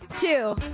Two